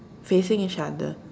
facing each other